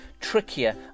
trickier